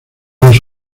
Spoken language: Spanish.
los